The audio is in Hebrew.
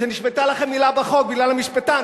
שנשמטה לכם מלה בחוק בגלל המשפטן,